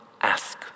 ask